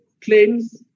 claims